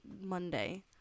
Monday